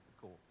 Cool